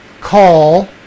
call